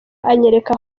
anyereka